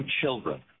children